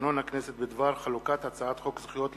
לתקנון הכנסת בדבר חלוקת הצעת חוק זכויות